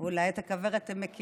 תשמע, אולי את הכוורת הם מכירים.